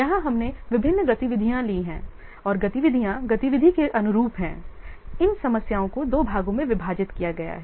यहाँ हमने विभिन्न गतिविधियाँ ली हैं और गतिविधियाँ गतिविधि के अनुरूप हैं इन समयों को दो भागों में विभाजित किया गया है